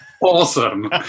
awesome